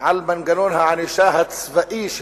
על מנגנון הענישה הצבאי.